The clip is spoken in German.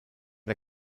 der